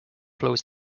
flows